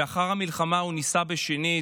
לאחר המלחמה הוא נישא שנית,